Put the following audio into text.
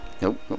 Nope